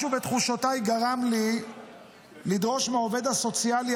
משהו בתחושותיי גרם לי לדרוש מהעובד הסוציאלי